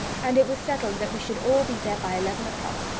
and it was settled that we should all be there by eleven o'clock.